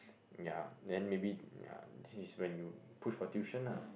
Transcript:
ya then maybe ya this is when you push for tuition lah